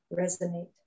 resonate